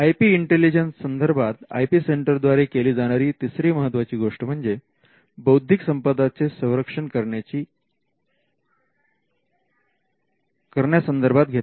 I P intelligence संदर्भात I P centre द्वारे केली जाणारी तिसरी महत्त्वाची गोष्ट म्हणजे बौद्धिक संपदा चे संरक्षण करण्यासंदर्भात घेतला जाणारा निर्णय होय